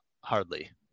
hardly